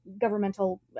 governmental